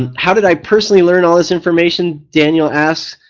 and how did i personally learn all this information, daniel asks?